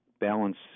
balance